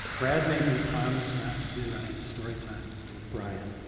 brad made me promise not to do any story times with bryan,